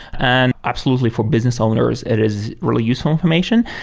and absolutely, for business owners, it is really useful information.